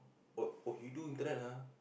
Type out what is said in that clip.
oh oh he do internet ah